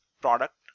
product